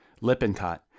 Lippincott